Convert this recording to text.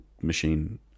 machine